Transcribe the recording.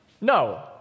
No